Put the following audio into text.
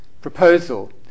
proposal